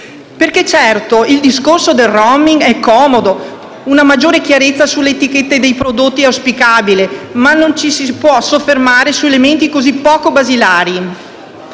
Certo, il discorso sul *roaming* è comodo, una maggiore chiarezza sulle etichette dei prodotti è auspicabile, ma non ci si può soffermare su elementi così poco basilari.